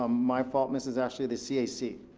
um my fault, mrs. ashley, the cac.